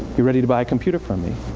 you're ready to buy a computer from me.